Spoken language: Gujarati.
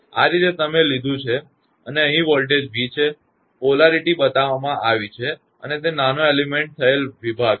આ રીતે તમે લીધું છે અને અહીં વોલ્ટેજ v છે પોલારીટી ધ્રુવીયતા બતાવવામાં આવી છે અને તે નાનો એલિમેન્ટ થયેલ વિભાગ છે